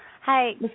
Hi